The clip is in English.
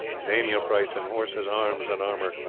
name your price in horses, arms, and armour,